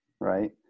right